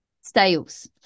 Styles